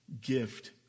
gift